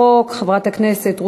חברי חברי הכנסת,